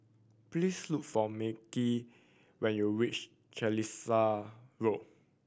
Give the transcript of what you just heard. please look for Markel when you reach Carlisle Road